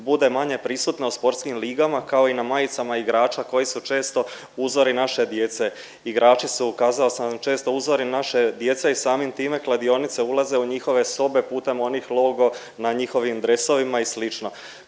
bude manje prisutna u sportskim ligama kao i na majicama igrača koji su često uzori naše djece? Igrači su kazao sam vam često uzori naše djece i samim time kladionice ulaze u njihove sobe putem onih logo na njihovim dresovima i